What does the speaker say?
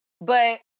but-